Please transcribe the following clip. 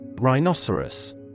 Rhinoceros